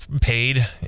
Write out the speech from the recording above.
paid